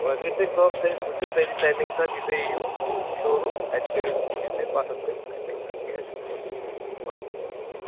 وۄنۍ کٔرِو تُہۍ کٲم تُہۍ تَمی حساب یہِ تۄہہِ یِیِو شوروٗم تَتہِ تٔرِو تہٕ وٕچھِو تُہۍ پسنٛد کٔرِو تَمی حسابہٕ کیٚنہہ چھُنہٕ مسلہٕ کیٚنہہ